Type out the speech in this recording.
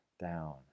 down